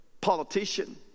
politician